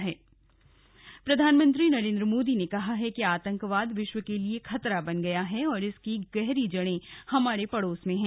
संबोधन प्रधानमंत्री नरेन्द्र मोदी ने कहा है कि आतंकवाद विश्व के लिए खतरा बन गया है और इसकी गहरी जड़ें हमारे पड़ोस में हैं